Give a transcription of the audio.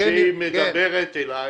הצעה קונקרטית שמדברת אלי